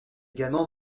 également